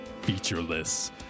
featureless